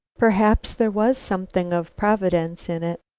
perhaps there was something of providence in it.